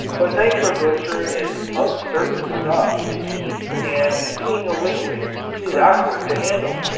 but nitroglycerin is uncertain stuff to keep and being a liquid is awkward to handle.